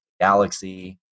galaxy